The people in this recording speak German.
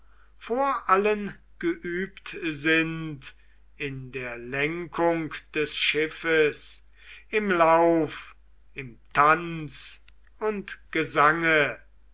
vor allen geübt sind in der lenkung des schiffes im lauf im tanz und gesange